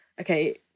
okay